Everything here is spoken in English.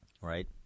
right